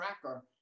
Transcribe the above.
tracker